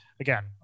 again